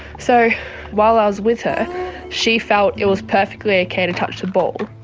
so while i was with her she felt it was perfectly okay to touch the ball,